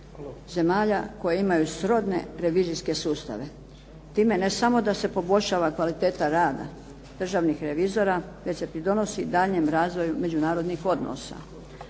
zemalja koje imaju srodne revizijske sustave. Time ne samo da se poboljšava kvaliteta rada državnih revizora, već se pridonosi daljnjem razvoju međunarodnih odnosa.